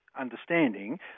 Understanding